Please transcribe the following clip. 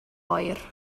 oer